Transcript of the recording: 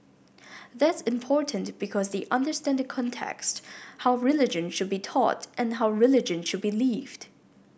that's important because they understand the context how religion should be taught and how religion should be lived